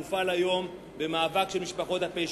מופעל היום במאבק נגד משפחות הפשע.